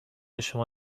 شما